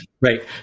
right